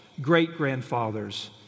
great-grandfathers